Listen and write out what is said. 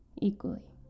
equally